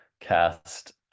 cast